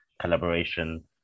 collaboration